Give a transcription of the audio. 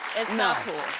it's not